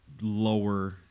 lower